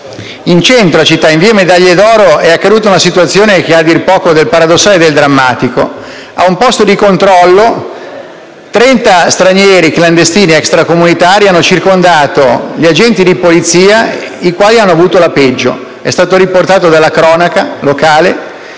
nel centro della città, in via delle Medaglie d'Oro, è accaduta una vicenda a dir poco paradossale e drammatica. A un posto di controllo 30 stranieri clandestini extracomunitari hanno circondato gli agenti di polizia, i quali hanno avuto la peggio. Il fatto è stato riportato dalla cronaca locale